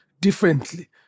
differently